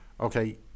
Okay